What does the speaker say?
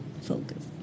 focus